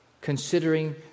Considering